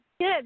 Good